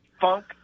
funk